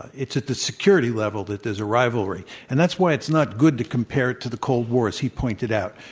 it's at the security level that there's a rivalry, and that's why it's not good to compare it to the cold war as he pointed out,